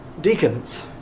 Deacons